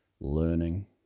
learning